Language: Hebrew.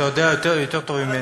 אתה יודע יותר טוב ממני.